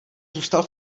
zůstal